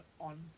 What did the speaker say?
on